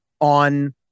on